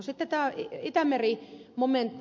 sitten tämä itämeri momentti